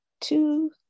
two